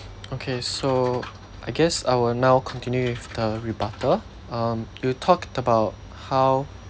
okay so I guess I will now continue with the rebuttal um you talked about how